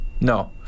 No